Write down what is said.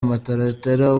amataratara